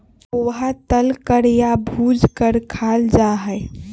पोहा तल कर या भूज कर खाल जा हई